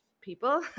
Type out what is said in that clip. people